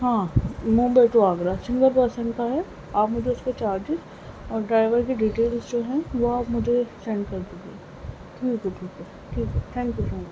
ہاں Mumbai to Agra single person کا ہے آپ مجھے اُس کے چارجز اور ڈرائیور کے ڈیٹیلز جو ہیں وہ آپ مجھے سینڈ کر دیجیے ٹھیک ہے ٹھیک ہے ٹھیک ہے تھینک یو سو مچ